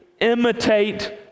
imitate